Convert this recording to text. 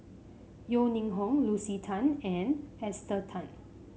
Yeo Ning Hong Lucy Tan and Esther Tan